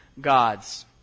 gods